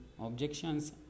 objections